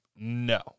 No